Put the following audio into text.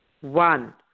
One